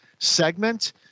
segment